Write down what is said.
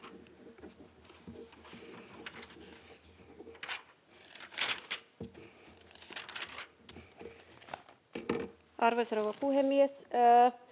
Arvoisa rouva puhemies!